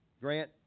Grant